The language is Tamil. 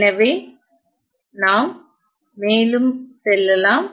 எனவே நாம் மேலும் செல்லலாம்